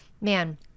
Man